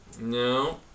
No